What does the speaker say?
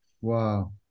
Wow